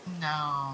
No